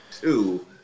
two